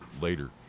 later